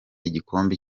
igikombe